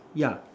yeah